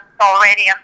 already